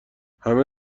همه